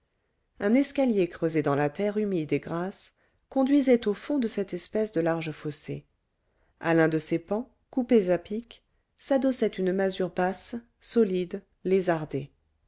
un escalier creusé dans la terre humide et grasse conduisait au fond de cette espèce de large fossé à l'un de ses pans coupés à pic s'adossait une masure basse sordide lézardée